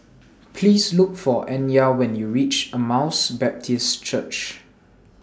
Please Look For Anya when YOU REACH Emmaus Baptist Church